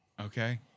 Okay